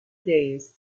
days